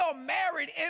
married